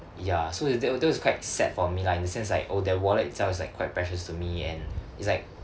ya so that w~ that was quite sad for me lah in a sense like oh that wallet itself is like quite precious to me and it's like